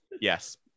Yes